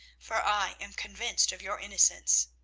for i am convinced of your innocence.